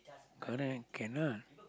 correct cannot